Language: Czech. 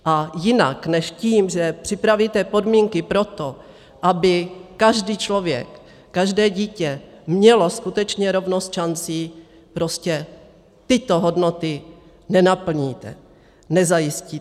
A jinak než tím, že připravíte podmínky pro to, aby každý člověk, každé dítě mělo skutečně rovnost šancí, prostě tyto hodnoty nenaplníte, nezajistíte.